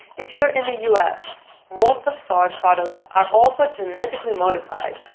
if you're in the us, most of soy products are also genetically modified,